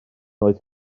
oedd